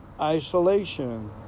isolation